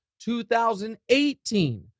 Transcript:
2018